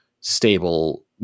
stable